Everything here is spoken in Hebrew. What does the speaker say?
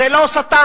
זה לא שטן,